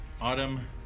Autumn